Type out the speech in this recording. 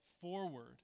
forward